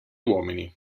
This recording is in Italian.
uomini